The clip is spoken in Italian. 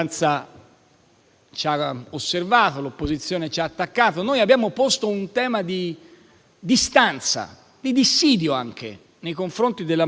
la maggioranza lo ha osservato e l'opposizione ci ha attaccato, noi abbiamo posto un tema di distanza e di dissidio, anche nei confronti della maggioranza,